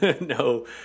No